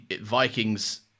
Vikings